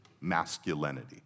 masculinity